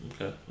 Okay